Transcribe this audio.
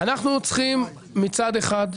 אנחנו צריכים מצד אחד,